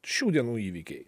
šių dienų įvykiai